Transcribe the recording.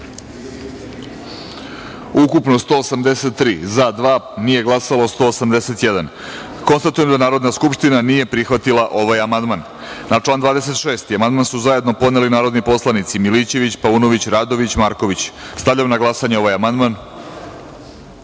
ukupno – 183, za – dva, nije glasao – 181.Konstatujem da Narodna skupština nije prihvatila ovaj amandman. Na član 26. amandman su zajedno podneli narodni poslanici Milićević, Paunović, Radović i Marković. Stavljam na glasanje ovaj